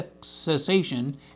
cessation